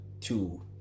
two